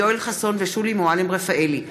יואל חסון ושולי מועלם-רפאלי,